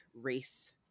race